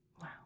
Wow